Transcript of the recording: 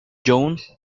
jones